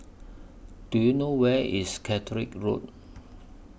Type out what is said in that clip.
Do YOU know Where IS Caterick Road